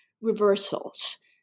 reversals